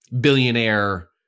billionaire